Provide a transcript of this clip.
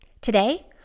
Today